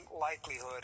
likelihood